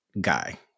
guy